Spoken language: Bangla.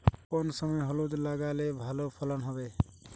কোন সময় হলুদ লাগালে ভালো ফলন হবে?